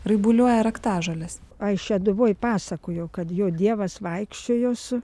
raibuliuoja raktažolės ai šeduvoj pasakojo kad jo dievas vaikščiojo su